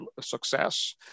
success